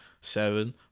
Seven